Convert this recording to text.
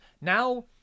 Now